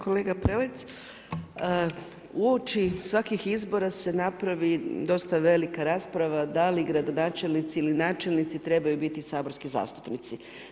Kolega Prelec, uoči svakih izbora se napravi dosta velika rasprava da li načelnici ili gradonačelnici trebaju biti saborski zastupnici.